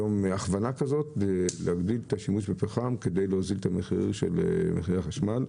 הכוונה כזאת כדי להוזיל את מחירי החשמל.